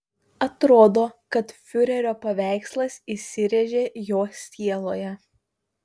atrodo kad fiurerio paveikslas įsirėžė jo sieloje